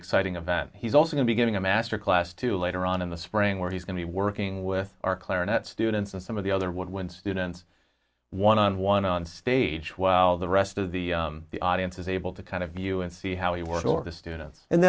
exciting event he's also going to getting a master class to later on in the spring where he's going to be working with our clarinet students and some of the other would win students one on one on stage while the rest of the audience is able to kind of you and see how he works or the students and